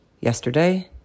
Yesterday